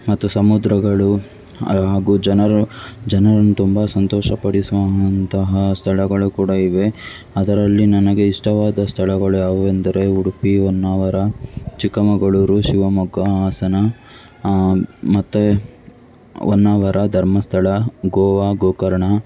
ಮತ್ತು ಸಮುದ್ರಗಳು ಹಾಗೂ ಜನರು ಜನರನ್ನು ತುಂಬ ಸಂತೋಷಪಡಿಸುವಂತಹ ಸ್ಥಳಗಳು ಕೂಡ ಇವೆ ಅದರಲ್ಲಿ ನನಗೆ ಇಷ್ಟವಾದ ಸ್ಥಳಗಳು ಯಾವುವೆಂದರೆ ಉಡುಪಿ ಹೊನ್ನಾವರ ಚಿಕ್ಕಮಗಳೂರು ಶಿವಮೊಗ್ಗ ಹಾಸನ ಮತ್ತು ಹೊನ್ನಾವರ ಧರ್ಮಸ್ಥಳ ಗೋವಾ ಗೋಕರ್ಣ